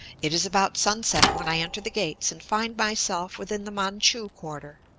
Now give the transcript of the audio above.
it is about sunset when i enter the gates and find myself within the manchu quarter,